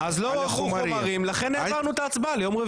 להישמע ולהצביע בכל דיון ודיון,